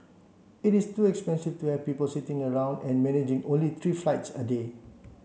it is too expensive to have people sitting around and managing only three flights a day